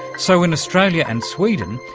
so in australia and sweden,